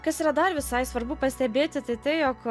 kas yra dar visai svarbu pastebėti tai tai jog